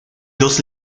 dos